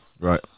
Right